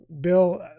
Bill